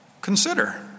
Consider